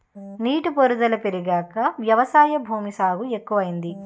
నీటి పారుదుల పెరిగాక వ్యవసాయ భూమి సాగు ఎక్కువయింది